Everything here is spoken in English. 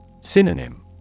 Synonym